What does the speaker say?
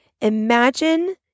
Imagine